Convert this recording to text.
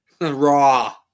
raw